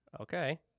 Okay